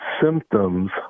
symptoms